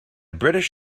british